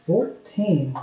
Fourteen